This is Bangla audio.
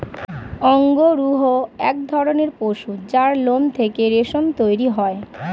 অঙ্গরূহ এক ধরণের পশু যার লোম থেকে রেশম তৈরি হয়